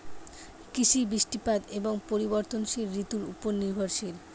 কৃষি বৃষ্টিপাত এবং পরিবর্তনশীল ঋতুর উপর নির্ভরশীল